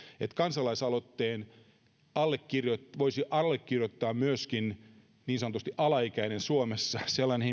että kansalaisaloitteen voisi allekirjoittaa myöskin niin sanotusti alaikäinen suomessa sellainen